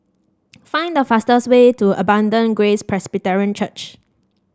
find the fastest way to Abundant Grace Presbyterian Church